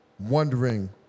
wondering